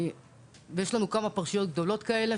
ויש לנו כמה פרשיות גדולות כאלה,